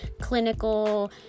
clinical